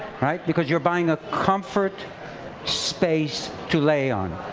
because you're buying a comfort space to lay on.